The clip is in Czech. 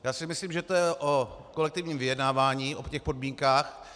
Já si myslím, že to je o kolektivním vyjednávání o těch podmínkách.